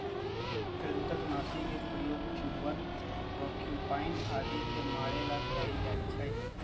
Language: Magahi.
कृन्तकनाशी के प्रयोग चूहवन प्रोक्यूपाइन आदि के मारे ला कइल जा हई